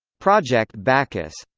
project bacchus